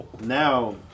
now